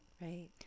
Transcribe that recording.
right